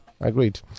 agreed